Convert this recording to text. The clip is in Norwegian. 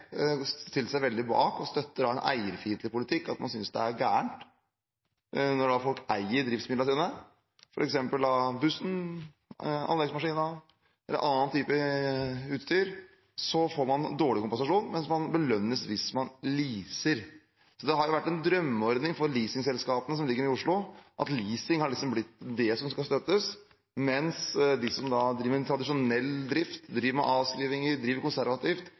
stilt seg veldig bak og støtter eierfiendtlig politikk. Man synes det er galt. Når folk eier driftsmidlene sine, f.eks. bussen, anleggsmaskinen eller annen type utstyr, får man dårlig kompensasjon, mens man belønnes his man leaser. Det har vært en drømmeordning for leasingselskapene som ligger i Oslo, at leasing har blitt det som skal støttes, mens de som driver med tradisjonell drift, driver med avskrivninger, driver konservativt,